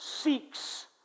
seeks